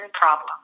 problem